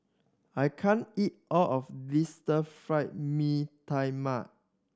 I can't eat all of this Stir Fry Mee Tai Mak